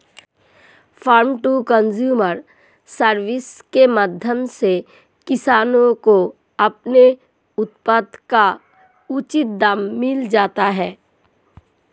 farmer to consumer service के माध्यम से किसानों को अपने उत्पाद का उचित दाम मिल जाता है